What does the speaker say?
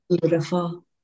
Beautiful